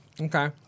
Okay